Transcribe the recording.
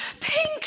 pink